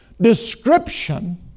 description